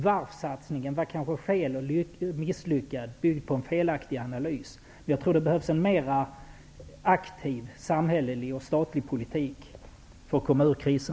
Varvssatsningen var kanske misslyckad; den byggde på en felaktig analys. Jag tror att det behövs en mer aktiv samhällelig och statlig politik för att komma ur krisen.